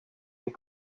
een